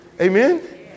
Amen